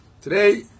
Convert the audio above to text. Today